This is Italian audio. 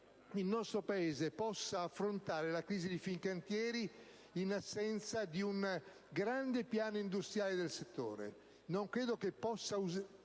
il nostro Paese possa affrontare la crisi di Fincantieri in assenza di un grande piano industriale del settore e senza